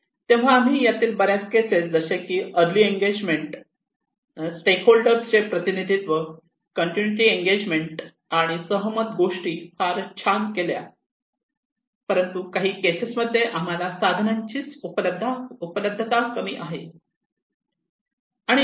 तेव्हा आम्ही यातील बऱ्याच केसेस जसे की अर्ली एंगेजमेंट स्टॅक होल्डर चे प्रतिनिधित्व कंटिन्युटी एंगेजमेंट आणि सहमत गोष्टी फार छान केल्या परंतु काही केसेस मध्ये आम्हाला साधनांची उपलब्धता कमी आहे